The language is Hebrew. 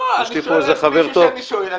לא, אני שואל את מי שאני שואל.